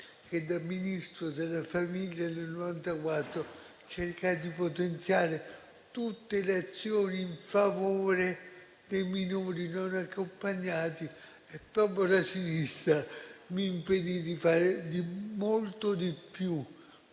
che, da Ministro della famiglia, nel 1994 cercai di potenziare tutte le azioni in favore dei minori non accompagnati. E proprio la sinistra mi impedì di fare di molto di più,